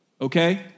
okay